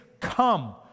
Come